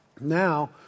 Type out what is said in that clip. Now